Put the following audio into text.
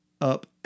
up